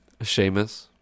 Seamus